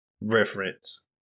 reference